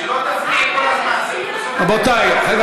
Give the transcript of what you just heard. שלא תפריעי כל הזמן,